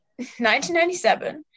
1997